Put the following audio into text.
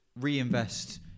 reinvest